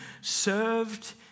served